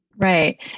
Right